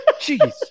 Jeez